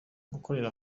gukorera